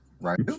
right